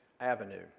Avenue